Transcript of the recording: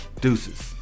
Deuces